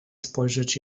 spojrzeć